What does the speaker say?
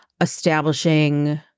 establishing